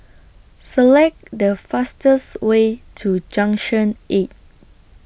Select The fastest Way to Junction eight